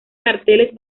carteles